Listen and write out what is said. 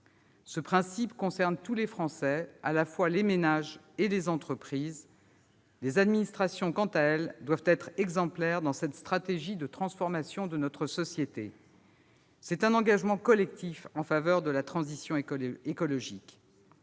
Ce principe concerne tous les Français, les ménages comme les entreprises. Les administrations, quant à elles, doivent être exemplaires dans cette stratégie de transformation de notre société. C'est un engagement collectif en faveur de la transition écologique.